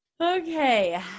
okay